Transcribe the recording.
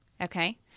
Okay